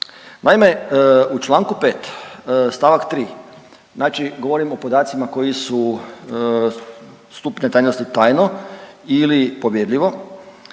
Naime, u čl. 5. st. 3., znači govorim o podacima koji su stupnja tajnosti „tajno“ ili „povjerljivo“,